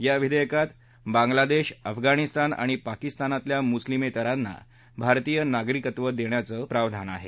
या विधेयकात बांगलादेश अफगाणिस्तान आणि पाकिस्तानातल्या मुस्लीमेत्तरांना भारतीय नागरिकत्व देण्याची तरतूद आहे